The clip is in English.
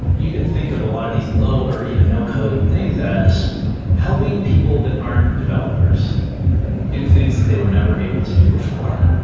you could think of a lot of these low or even no-code things as helping people that aren't developers do things that they were never able to do before.